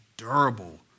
durable